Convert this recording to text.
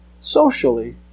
socially